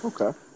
Okay